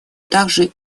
также